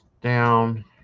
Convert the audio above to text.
down